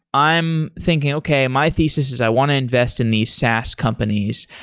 i am thinking, okay. my thesis is i want to invest in these saas companies.